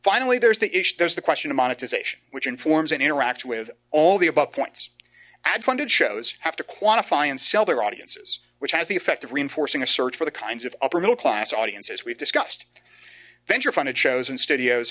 finally there's the issue there's the question of monetization which informs and interact with all the above points ad funded shows have to quantify and sell their audiences which has the effect of reinforcing a search for the kinds of upper middle class audiences we've discussed venture funded shows and studios